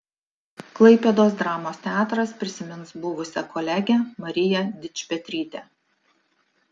klaipėdos dramos teatras prisimins buvusią kolegę mariją dičpetrytę